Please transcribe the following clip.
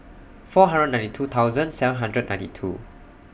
four hundred ninety two thousand seven hundred ninety two